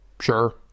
sure